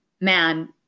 man